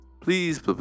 please